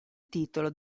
titolo